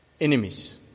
enemies